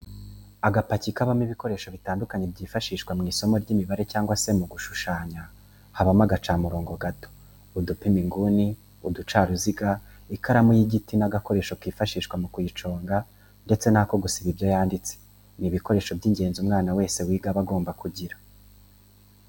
Agapaki kabamo ibikoresho bitandukanye byifashishwa mU isomo ry'imibare cyangwa se mu gushushanya habamo agacamurobo gato, udupima inguni, uducaruziga ,ikaramu y'igiti n'agakoresho kifashishwa mu kuyiconga ndetse n'ako gusiba ibyo yanditse, ni ibikoresho by'ingenzi umwana wese wiga aba agomba kugira.